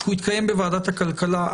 כי הוא התקיים בוועדת הכלכלה,